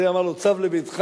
זה אמר לו: צו לביתך.